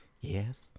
Yes